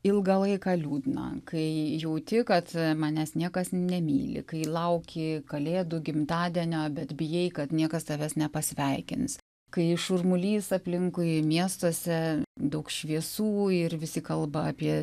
ilgą laiką liūdna kai jauti kad manęs niekas nemyli kai lauki kalėdų gimtadienio bet bijai kad niekas tavęs nepasveikins kai šurmulys aplinkui miestuose daug šviesų ir visi kalba apie